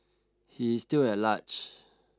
he is still at large